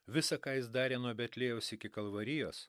visa ką jis darė nuo betliejaus iki kalvarijos